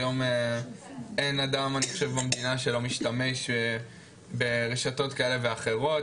היום אין אדם אני חושב במדינה שלא משתמש ברשתות כאלה ואחרות,